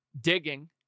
digging